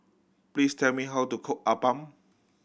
please tell me how to cook appam